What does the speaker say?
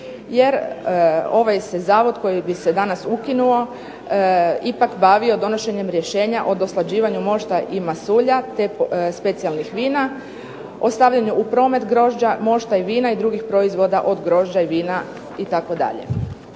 Jer ovaj se zavod koji bi se danas ukinuo ipak bavio donošenjem rješenja o doslađivanju mošta i masulja, te specijalnih vina, o stavljanju u promet grožđa, mošta i vina i drugih proizvoda od grožđa i vina itd.